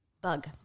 Bug